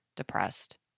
Depressed